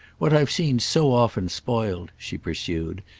what i've seen so often spoiled, she pursued,